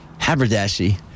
haberdashy